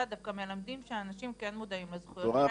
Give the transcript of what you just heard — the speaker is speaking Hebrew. דווקא מלמדים שהאנשים כן מודעים לזכויות שלהם,